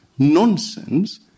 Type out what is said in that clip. nonsense